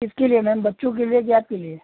किसके लिए मैम बच्चों के लिए कि आपके लिए